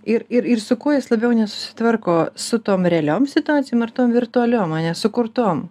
ir ir ir su kuo jis labiau nesusitvarko su tom realiom situacijom ar tom virtualiom ane sukurtom